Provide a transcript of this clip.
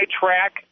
track